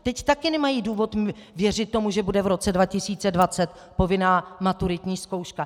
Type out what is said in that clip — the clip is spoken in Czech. Teď taky nemají důvod věřit tomu, že bude v roce 2020 povinná maturitní zkouška.